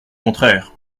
contraire